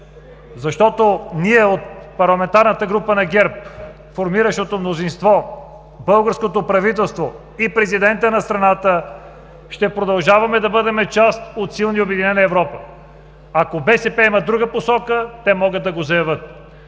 пише. Ние, от парламентарната група на ГЕРБ, формиращото мнозинство, българското правителство и президентът на страната ще продължаваме да бъдем част от силна и обединена Европа. Ако БСП има друга посока, те могат да го заявят,